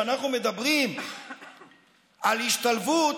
כשאנחנו מדברים על השתלבות,